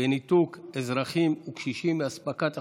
בניתוק אזרחים וקשישים מאספקת החשמל,